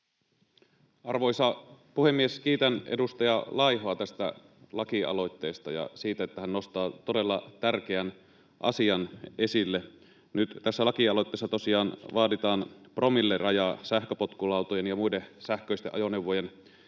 Arvoisa puhemies! Kiitän edustaja Laihoa tästä laki-aloitteesta ja siitä, että hän nostaa todella tärkeän asian esille. Tässä lakialoitteessa tosiaan vaaditaan promillerajaa sähköpotkulautojen ja muiden sähköisten ajoneuvojen